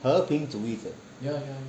和平主义者